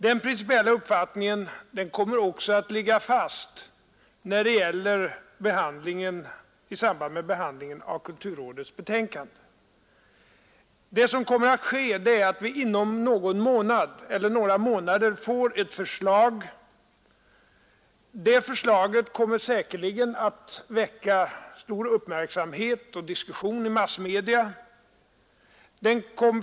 Den principiella uppfattningen kommer också att ligga fast i samband med behandlingen av kulturrådets betänkande. Det som kommer att ske är att vi inom några månader får ett förslag. Det förslaget kommer säkerligen att väcka stor uppmärksamhet och diskussion i massmedia.